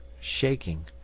shaking